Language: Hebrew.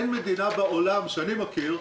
אין מדינה בעולם שאני מכיר,